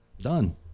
Done